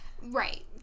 right